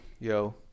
Yo